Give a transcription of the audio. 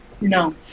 No